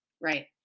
Right